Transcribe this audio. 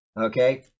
Okay